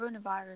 coronavirus